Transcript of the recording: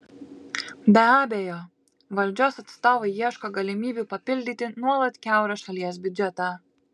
be abejo valdžios atstovai ieško galimybių papildyti nuolat kiaurą šalies biudžetą